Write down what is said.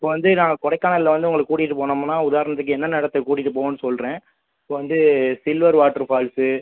இப்போ வந்து நாங்கள் கொடைக்கானல் வந்து உங்களை கூட்டிகிட்டு போனோம்னா உதாரணத்துக்கு என்னென்ன இடத்துக்கு கூட்டிகிட்டு போவோம்னு சொல்கிறேன் இப்போ வந்து சில்வர் வாட்டர் ஃபால்ஸு